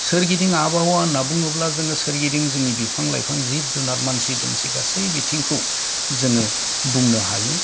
सोरगिदिं आबहावा होनना बुंलोब्ला जोङो सोरगिदिरं जोंनि बिफां लाइफां जिब जुनाद मानसि दोमसि गासै बिथिंखौ जोङो बुंनो हायो